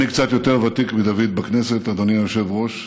אני קצת יותר ותיק מדוד בכנסת, אדוני היושב-ראש.